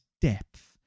depth